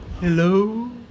Hello